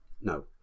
no